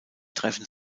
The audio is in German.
treffen